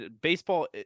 baseball